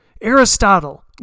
Aristotle